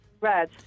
Red